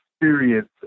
experience